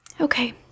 Okay